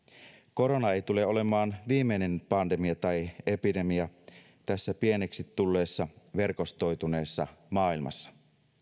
korona ei tule olemaan viimeinen pandemia tai epidemia tässä pieneksi tulleessa verkostoituneessa maailmassa